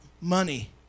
money